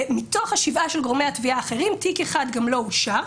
מתוך השבעה של גורמי התביעה האחרים תיק אחד גם לא אושר.